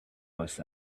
was